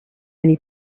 only